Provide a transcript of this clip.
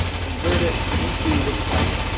convert it into this type,